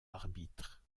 arbitre